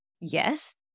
yes